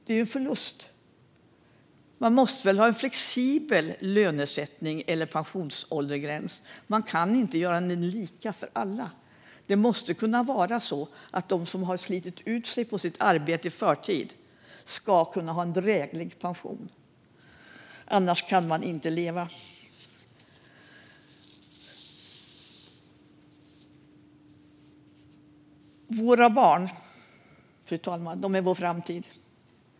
Det är en förlust. Det måste finnas en flexibel åldersgräns för att få ta ut pension. Det går inte att göra lika för alla. De som har slitit ut sig i förtid på sitt arbete ska kunna få en dräglig pension. Annars kan man inte leva. Fru talman! Våra barn är vår framtid.